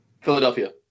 Philadelphia